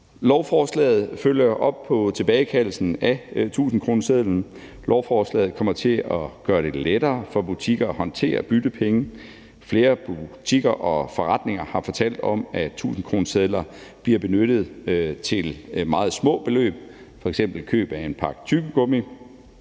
Lovforslaget følger op på tilbagekaldelsen af 1.000-kronesedlen. Lovforslaget kommer til at gøre det lettere for butikker at håndtere byttepenge. Flere butikker og forretninger har fortalt, at 1.000-kronesedler bliver benyttet til meget små beløb, f.eks. køb af en pakke tyggegummi.